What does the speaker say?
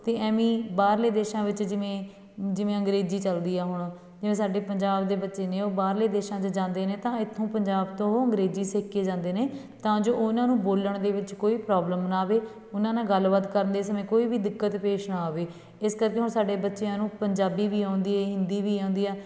ਅਤੇ ਐਵੀਂ ਬਾਹਰਲੇ ਦੇਸ਼ਾਂ ਵਿੱਚ ਜਿਵੇਂ ਜਿਵੇਂ ਅੰਗਰੇਜ਼ੀ ਚੱਲਦੀ ਆ ਹੁਣ ਜਿਵੇਂ ਸਾਡੇ ਪੰਜਾਬ ਦੇ ਬੱਚੇ ਨੇ ਉਹ ਬਾਹਰਲੇ ਦੇਸ਼ਾਂ 'ਚ ਜਾਂਦੇ ਨੇ ਤਾਂ ਇੱਥੋਂ ਪੰਜਾਬ ਤੋਂ ਅੰਗਰੇਜ਼ੀ ਸਿੱਖ ਕੇ ਜਾਂਦੇ ਨੇ ਤਾਂ ਜੋ ਉਹਨਾਂ ਨੂੰ ਬੋਲਣ ਦੇ ਵਿੱਚ ਕੋਈ ਪ੍ਰੋਬਲਮ ਨਾ ਆਵੇ ਉਹਨਾਂ ਨਾਲ ਗੱਲਬਾਤ ਕਰਨ ਦੇ ਸਮੇਂ ਕੋਈ ਵੀ ਦਿੱਕਤ ਪੇਸ਼ ਨਾ ਆਵੇ ਇਸ ਕਰਕੇ ਹੁਣ ਸਾਡੇ ਬੱਚਿਆਂ ਨੂੰ ਪੰਜਾਬੀ ਵੀ ਆਉਂਦੀ ਆ ਹਿੰਦੀ ਵੀ ਆਉਂਦੀ ਆ